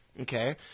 Okay